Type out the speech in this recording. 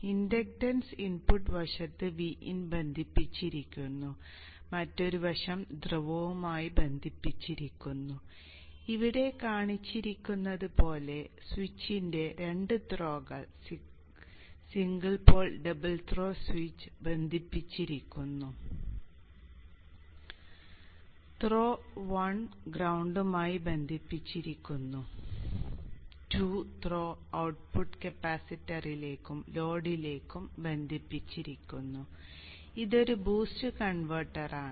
inductance input വശത്ത് Vin ബന്ധിപ്പിച്ചിരിക്കുന്നു മറ്റൊരു വശം ധ്രുവവുമായി ബന്ധിപ്പിച്ചിരിക്കുന്നു ഇവിടെ കാണിച്ചിരിക്കുന്നതുപോലെ സ്വിച്ചിന്റെ രണ്ട് ത്രോകൾ single pole double throw switch ബന്ധിപ്പിച്ചിരിക്കുന്നു ത്രോ 1 ഗ്രൌണ്ടുമായി ബന്ധിപ്പിച്ചിരിക്കുന്നു 2 ത്രോ ഔട്ട്പുട്ട് കപ്പാസിറ്ററിലേക്കും ലോഡിലേക്കും ബന്ധിപ്പിച്ചിരിക്കുന്നു ഇതൊരു ബൂസ്റ്റ് കൺവെർട്ടർ ആണ്